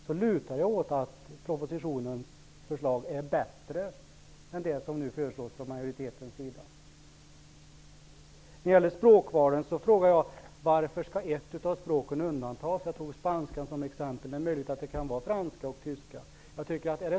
Jag lutar åt att propositionens förslag är bättre än det som nu föreslås från majoritetens sida. När det gäller språkvalen frågar jag: Varför skall ett av språken undantas? Jag tog spanska som exempel, men det är möjligt att det kan vara franska eller tyska.